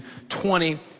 20